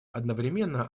одновременно